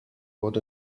what